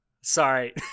sorry